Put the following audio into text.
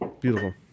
Beautiful